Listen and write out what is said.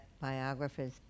biographers